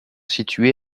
situés